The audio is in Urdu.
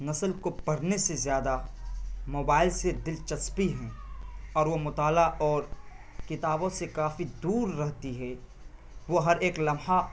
نسل کو پڑھنے سے زیادہ موبائل سے دلچسپی ہیں اور وہ مطالعہ اور کتابوں سے کافی دور رہتی ہے وہ ہر ایک لمحہ